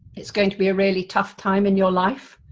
it's going to be a really tough time in your life,